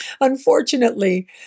unfortunately